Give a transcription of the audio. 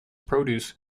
produce